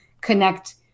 connect